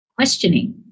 questioning